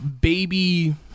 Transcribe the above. baby